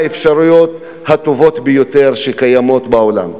האפשרויות הטובות ביותר שקיימות בעולם.